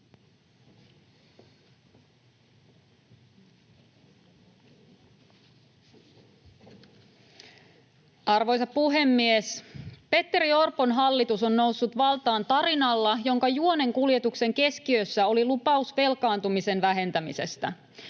Arvoisa puhemies! Petteri Orpon hallitus on noussut valtaan tarinalla, jonka juonenkuljetuksen keskiössä oli lupaus velkaantumisen vähentämisestä.